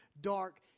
dark